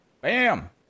bam